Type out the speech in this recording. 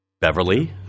beverly